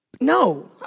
No